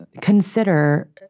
consider